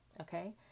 okay